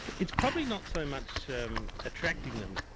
it's probably not so much um attracting them,